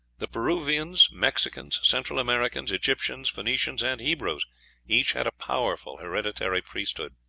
the peruvians, mexicans, central americans, egyptians, phoenicians, and hebrews each had a powerful hereditary priesthood.